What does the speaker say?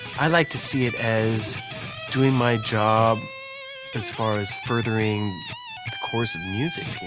i like to see it as doing my job as far as furthering the course of music,